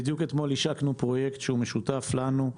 בדיוק אתמול השקנו פרויקט שהוא משותף לנו,